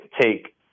take